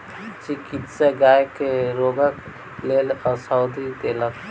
चिकित्सक गाय के रोगक लेल औषधि देलक